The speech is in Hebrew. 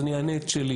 אז אני אענה את שלי.